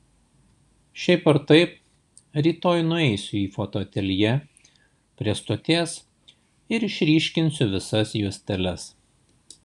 šiaip ar taip rytoj nueisiu į fotoateljė prie stoties ir išryškinsiu visas juosteles